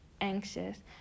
anxious